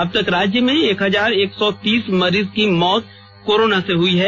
अब तक राज्य में एक हजार एक सौ तीस मरीज की मौत कोरोना से हुई हैं